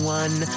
one